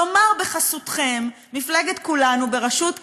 כלומר, בחסותכם, מפלגת כולנו בראשות כחלון,